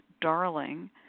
darling